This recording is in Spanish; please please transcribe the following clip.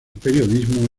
periodismo